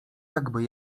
jakby